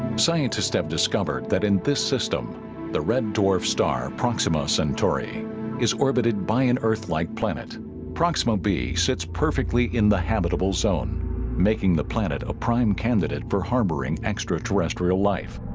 scientists have discovered that in this system the red dwarf star proxima centauri is orbited by an earth-like planet proxima b sits perfectly in the habitable zone making the planet a prime candidate for harboring extraterrestrial life